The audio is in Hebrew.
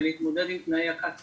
ולהתמודד עם תנאי מכת חום,